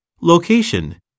Location